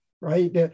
Right